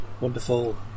wonderful